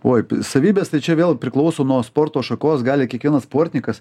oi savybės tai čia vėl priklauso nuo sporto šakos gali kiekvieną sportininkas